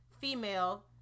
female